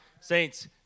Saints